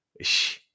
shh